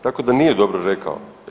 Tako da nije dobro rekao.